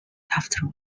after